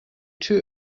two